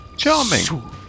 Charming